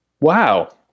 Wow